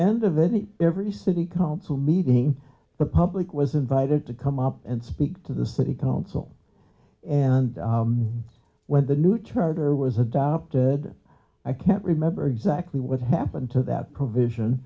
end of any every city council meeting the public was invited to come up and speak to the city council and when the new charter was adopted i can't remember exactly what happened to that provision